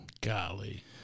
Golly